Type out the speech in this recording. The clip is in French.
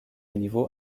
niveau